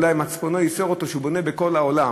אולי מצפונו ייסר אותו כי הוא בונה בכל העולם.